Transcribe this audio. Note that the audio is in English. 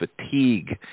fatigue